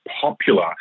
popular